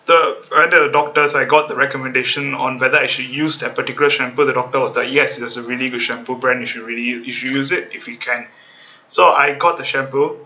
the I went to the doctors I got the recommendation on whether I should use that particular shampoo the doctor was telling yes it's a really good shampoo brand you really you should use it if you can so I got the shampoo